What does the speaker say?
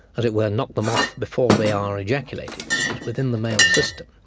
but it were, knock them off before they are ejaculated, that is within the male system,